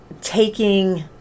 taking